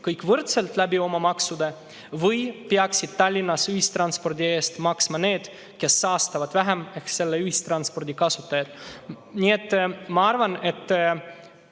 kõik võrdselt läbi oma maksude, või peaksid Tallinnas ühistranspordi eest maksma need, kes saastavad vähem ehk selle ühistranspordi kasutajad. Nii et ma arvan, et